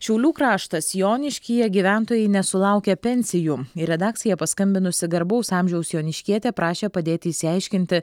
šiaulių kraštas joniškyje gyventojai nesulaukia pensijų į redakciją paskambinusi garbaus amžiaus joniškietė prašė padėti išsiaiškinti